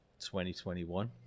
2021